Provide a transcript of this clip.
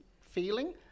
feeling